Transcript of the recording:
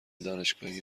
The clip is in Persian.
دانشگاهی